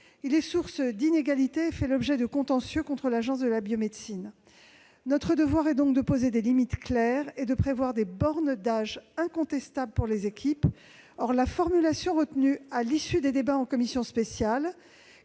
il est source d'inégalités et il fait l'objet de contentieux contre l'Agence de la biomédecine. Notre devoir est donc de poser des limites claires et de prévoir des bornes d'âge incontestables pour les équipes. Or la formulation retenue à l'issue des débats de la commission spéciale-